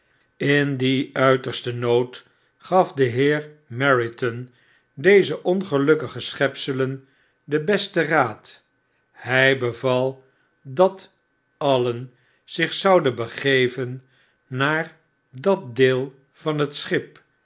in dien uitersten nood gaf de heer meriton deze ongelukkige schepselen den besten raad hjj beval dat alien zich zouden begeven naar dat deel van het schip